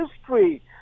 history